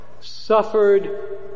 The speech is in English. suffered